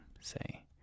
say